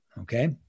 Okay